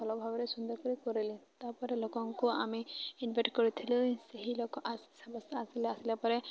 ଭଲ ଭାବରେ ସୁନ୍ଦର କରି କରିଲି ତା'ପରେ ଲୋକଙ୍କୁ ଆମେ ଇନ୍ଭାଇଟ୍ କରିଥିଲୁ ସେହି ଲୋକ ସମସ୍ତେ ଆସିଲେ ଆସିଲା ପରେ